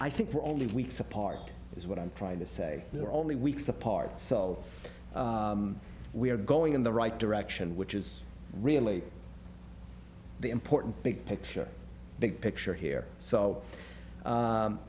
i think we're only weeks apart is what i'm trying to say we're only weeks apart so we are going in the right direction which is really the important big picture big picture here so